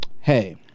Hey